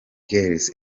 girls